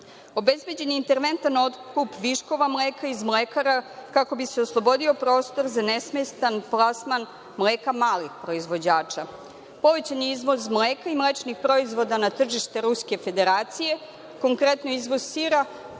obezbeđen je interventan otkup viškova mleka iz mlekara kako bi se oslobodio prostor za nesmetan plasman mleka malih proizvođača, povećan je izvoz mleka i mlečnih proizvoda na tržište Ruske Federacije. Konkretno, izvoz sira